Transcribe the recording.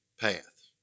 path